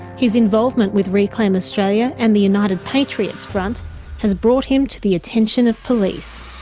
his involvement with reclaim australia and the united patriots front has brought him to the attention of police.